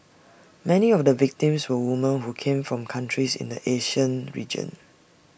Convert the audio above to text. many of the victims were women who came from countries in the Asian region